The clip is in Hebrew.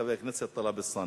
חבר הכנסת טלב אלסאנע.